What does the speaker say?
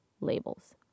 labels